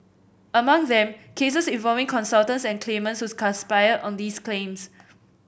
among them cases involving consultants and claimants whose conspired on these claims